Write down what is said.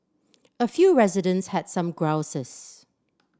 a few residents had some grouses